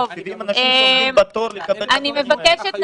מביאים אנשים שעומדים בתור לקבל --- לא